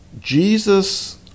Jesus